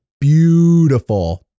beautiful